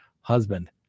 husband